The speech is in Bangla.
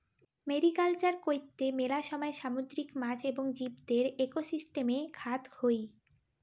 মেরিকালচার কৈত্তে মেলা সময় সামুদ্রিক মাছ এবং জীবদের একোসিস্টেমে ঘাত হই